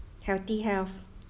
healthy health